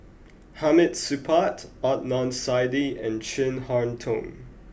Hamid Supaat Adnan Saidi and Chin Harn Tong